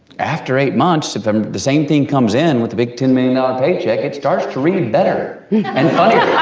after eight months if um the same thing comes in with the big ten million dollar ah pay check it starts to read better and funnier. i